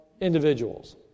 individuals